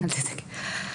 אל תדאגי.